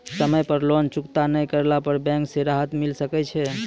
समय पर लोन चुकता नैय करला पर बैंक से राहत मिले सकय छै?